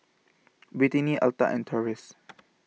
Britany Altha and Taurus